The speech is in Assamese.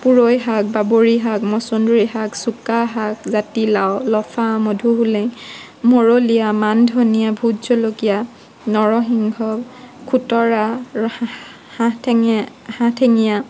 পূৰৈ শাক বাবৰি শাক মচুন্দৰি শাক চুকা শাক জাতিলাও লফা মধুসোলেং মৰলিয়া মান ধনীয়া ভোট জলকীয়া নৰসিংহ খুতৰা হাঁহ ঠেঙীয়া হাঁহ ঠেঙীয়া